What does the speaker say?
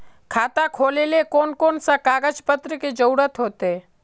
खाता खोलेले कौन कौन सा कागज पत्र की जरूरत होते?